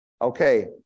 Okay